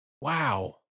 wow